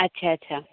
अच्छा अच्छा